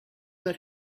that